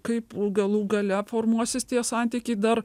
kaip galų gale formuosis tie santykiai dar